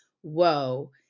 whoa